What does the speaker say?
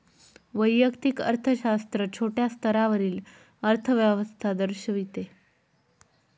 वैयक्तिक अर्थशास्त्र छोट्या स्तरावरील अर्थव्यवस्था दर्शविते